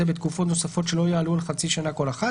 בתקופות נוספות שלא יעלו על חצי שנה כל אחת.